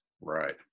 Right